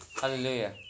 Hallelujah